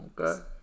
okay